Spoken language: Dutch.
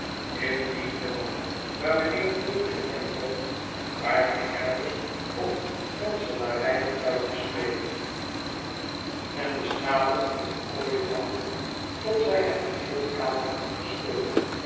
in die velden waar mijnheer tulkinghorn woont waar de herders op kanselarij fluitjes spelen en de schapen in de kooi houden tot zij hen geheel kaal hebben geschoren